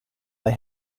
they